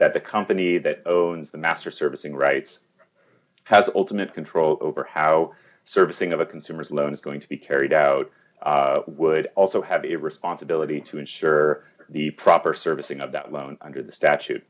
that the company that owns the master servicing rights has alternate control over how servicing of a consumer's loan is going to be carried out would also have a responsibility to ensure the proper servicing of that loan under the statute